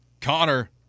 Connor